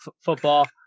football